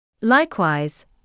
Likewise